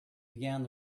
began